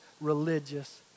religious